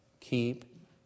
keep